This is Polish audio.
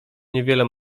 niewiele